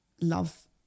love